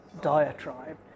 diatribe